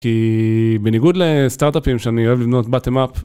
כי בניגוד לסטארט-אפים שאני אוהב לבנות bottom up.